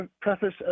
preface